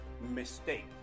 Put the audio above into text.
mistake